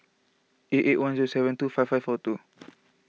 eight eight one zero seven two five five four two